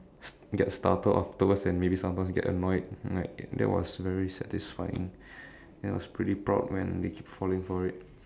get startled afterwards and maybe sometimes get annoyed like that was very satisfying and I was pretty proud when they keep falling for it